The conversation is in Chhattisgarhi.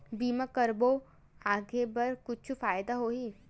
बीमा करबो आगे बर कुछु फ़ायदा होही?